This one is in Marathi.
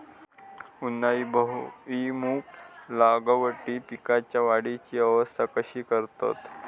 उन्हाळी भुईमूग लागवडीत पीकांच्या वाढीची अवस्था कशी करतत?